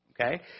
Okay